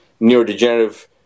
neurodegenerative